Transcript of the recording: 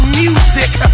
music